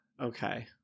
okay